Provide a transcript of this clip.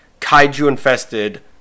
kaiju-infested